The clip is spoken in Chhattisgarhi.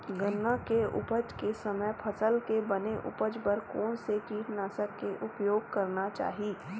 गन्ना के उपज के समय फसल के बने उपज बर कोन से कीटनाशक के उपयोग करना चाहि?